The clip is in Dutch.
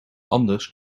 anders